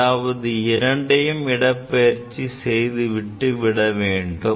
அதாவது இரண்டையும் இடப்பெயர்ச்சி செய்து விட்டு விட வேண்டும்